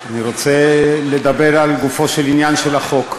אני רוצה לדבר לגופו של עניין, של החוק,